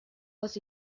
was